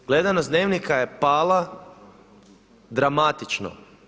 Gledanost Dnevnika je pala dramatično.